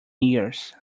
years